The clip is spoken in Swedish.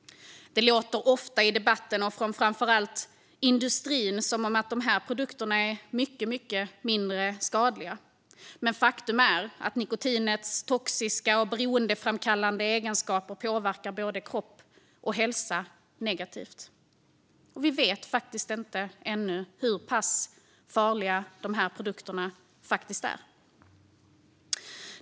Det låter ofta i debatten, framför allt från industrin, som att dessa produkter är mycket mindre skadliga, men faktum är att nikotinets toxiska och beroendeframkallande egenskaper påverkar både kropp och hälsa negativt. Vi vet ännu inte hur farliga de här produkterna faktiskt är.